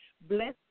Bless